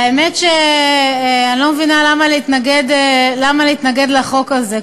האמת שאני לא מבינה למה להתנגד לחוק הזה.